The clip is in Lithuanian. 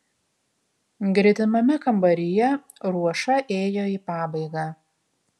gretimame kambaryje ruoša ėjo į pabaigą